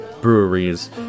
Breweries